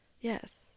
Yes